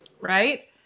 Right